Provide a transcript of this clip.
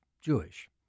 Jewish